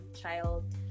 child